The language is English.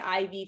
IV